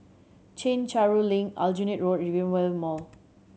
Chencharu Link Aljunied Road and Rivervale Mall